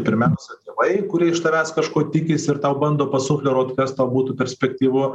pirmiausia tėvai kurie iš tavęs kažko tikisi ir tau bando pasufleruot kas tau būtų perspektyvu